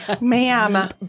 Ma'am